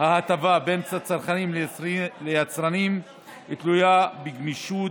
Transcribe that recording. ההטבה בין הצרכנים ליצרנים תלויה בגמישות